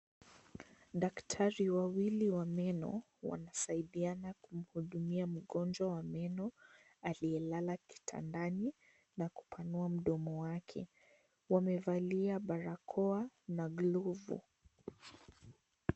Daktari wawili wa meno wanasaidiana kumhudumia mgonjwa wa meno aliyelala kitandani na kupanua mdomo wake. Wamevalia barakoa na glovu.